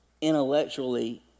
intellectually